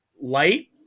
light